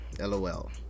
LOL